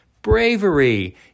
Bravery